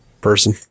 person